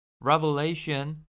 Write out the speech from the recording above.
Revelation